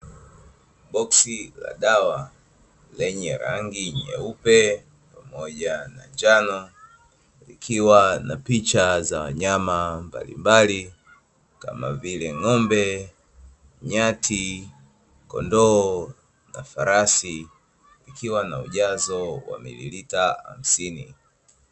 Boksi la dawa lenye rangi nyeupe pamoja na njano, likiwa na picha za wanyama mbalilmbali; kama vile ng'ombe, nyati, kondoo na farasi. Likiwa na ujazo wa mililita hamsini.